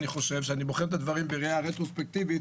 כשאני בוחן את הדברים בראייה רטרוספקטיבית,